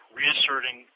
reasserting